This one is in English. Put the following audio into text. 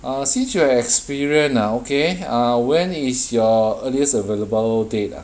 since you have experience ah okay ah when is your earliest available date ah